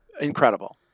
Incredible